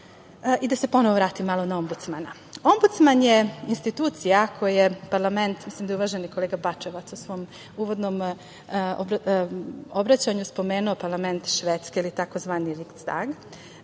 se ponovo vratim malo na ombudsmana. Ombudsman je institucija koju je parlament, mislim da je uvaženi kolega Bačevac u svom uvodnom obraćanju spomenuo parlament Švedske ili tzv. „Rictag“,